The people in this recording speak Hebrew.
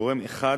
גורם אחד,